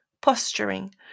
posturing